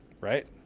right